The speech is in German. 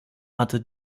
hatte